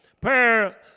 Prayer